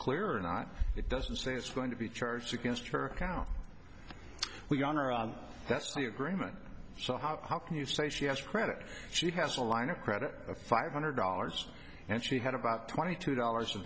clear or not it doesn't say it's going to be charged against her account we honor that's the agreement so how can you say she has credit she has a line of credit five hundred dollars and she had about twenty two dollars a